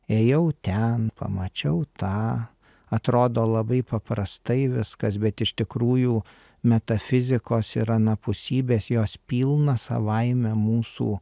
ėjau ten pamačiau tą atrodo labai paprastai viskas bet iš tikrųjų metafizikos ir anapusybės jos pilną savaime mūsų